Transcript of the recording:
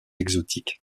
exotiques